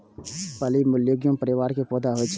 फली लैग्यूम परिवार के पौधा होइ छै